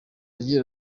agira